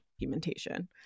documentation